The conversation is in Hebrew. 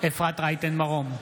אפרת רייטן מרום,